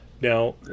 Now